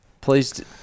please